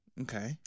Okay